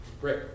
Great